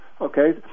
okay